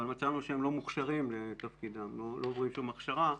מצאנו שהם לא מוכשרים לתפקידם ולא עוברים כל הכשרה.